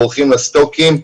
בורחים לסטוקים,